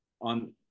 on